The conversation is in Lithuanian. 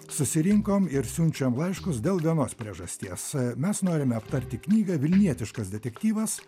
susirinkom ir siunčiam laiškus dėl vienos priežasties mes norime aptarti knygą vilnietiškas detektyvas